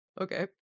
okay